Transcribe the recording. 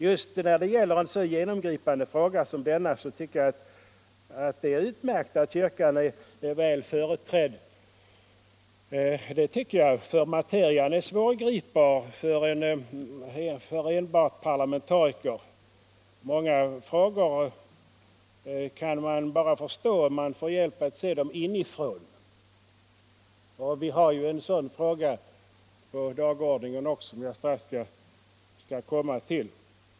Just när det gäller en så genomgripande fråga som denna tycker jag att det är utmärkt att kyrkan är väl företrädd, för materian är svårgripbar för enbart parlamentariker. Många frågor kan man förstå bara om man får hjälp att se dem inifrån; vi har en sådan fråga på dagordningen, som jag strax skall komma till.